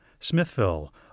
Smithville